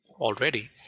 already